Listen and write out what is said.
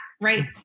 right